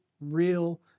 real